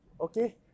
Okay